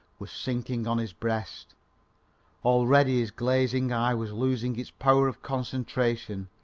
was sinking on his breast already his glazing eye was losing its power of concentration,